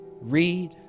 read